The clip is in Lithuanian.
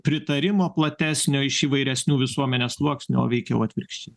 pritarimo platesnio iš įvairesnių visuomenės sluoksnių o veikiau atvirkščiai